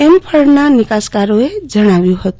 એમ ફળના નિકાસકારોને જણાવ્યું હતું